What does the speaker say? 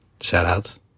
Shout-outs